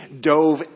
dove